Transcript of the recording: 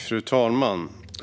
Fru talman!